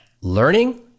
learning